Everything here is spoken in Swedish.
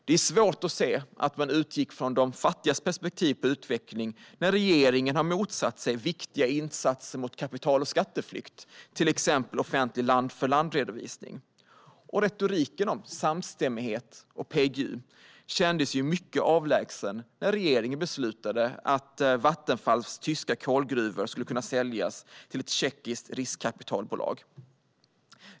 Det är svårt att se att regeringen har utgått från de fattigas perspektiv på utveckling när man har motsatt sig viktiga insatser mot kapital och skatteflykt, till exempel offentlig land-för-land-redovisning. Retoriken om samstämmighet och PGU kändes också mycket avlägsen när regeringen beslutade att Vattenfalls tyska kolgruvor skulle kunna säljas till ett tjeckiskt riskkapitalbolag.